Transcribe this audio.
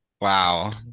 Wow